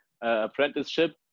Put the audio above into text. apprenticeship